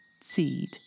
seed